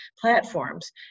platforms